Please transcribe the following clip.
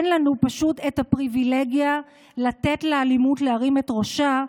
פשוט אין לנו את הפריבילגיה לתת לאלימות להרים את ראשה,